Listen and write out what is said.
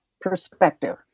perspective